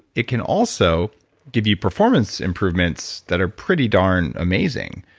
it can also give you performance improvements that are pretty darn amazing.